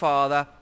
Father